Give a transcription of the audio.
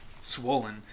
Swollen